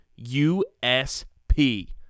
USP